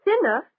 Thinner